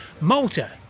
Malta